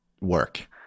work